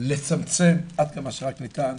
לצמצם עד כמה שרק ניתן,